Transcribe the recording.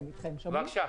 בבקשה.